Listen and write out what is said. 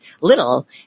little